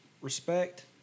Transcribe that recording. respect